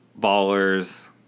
Ballers